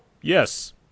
Yes